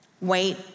Wait